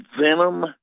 venom